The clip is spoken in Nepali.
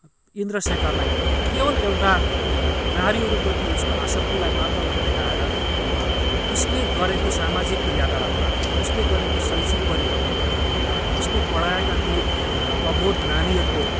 इन्द्रशेखरलाई केवल एउटा नारीहरूप्रति उसको आशक्तिलाई मात्र नदेखाएर उसले गरेको सामाजिक क्रियाकलाप मार्फत् उसले गरेको शैक्षिक परिवर्तनको माध्यमबाट उसले पढाएका ती अबोध नानीहरूको